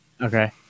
Okay